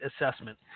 assessment